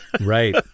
right